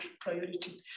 priority